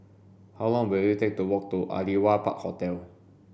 how long will it take to walk to Aliwal Park Hotel